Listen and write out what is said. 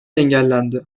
engellendi